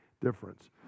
difference